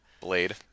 Blade